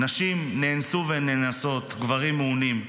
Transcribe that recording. נשים נאנסו ונאנסות, גברים מעונים,